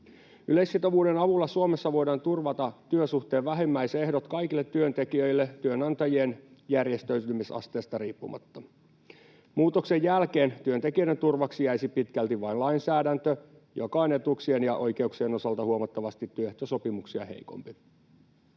Yleissitovuuden avulla Suomessa voidaan turvata työsuhteen vähimmäisehdot kaikille työntekijöille työnantajien järjestäytymisasteesta riippumatta. Muutoksen jälkeen työntekijöiden turvaksi jäisi pitkälti vain lainsäädäntö, joka on etuuksien ja oikeuksien osalta huomattavasti työehtosopimuksia heikompi.